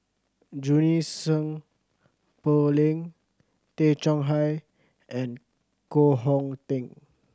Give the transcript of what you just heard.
Junie Sng Poh Leng Tay Chong Hai and Koh Hong Teng